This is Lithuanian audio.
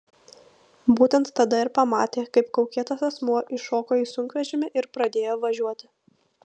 būtent tada ir pamatė kaip kaukėtas asmuo įšoko į sunkvežimį ir pradėjo važiuoti